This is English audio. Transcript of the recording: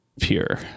pure